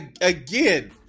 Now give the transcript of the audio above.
Again